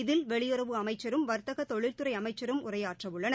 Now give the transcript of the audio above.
இதில் வெளியுறவு அமைச்சரும் வர்த்தக தொழில்துறை அமைச்சரும் உரையாற்றவுள்ளனர்